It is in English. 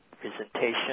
presentation